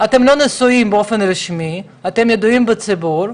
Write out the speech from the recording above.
אתם לא נשואים באופן רשמי, אתם ידועים בציבור,